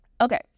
Okay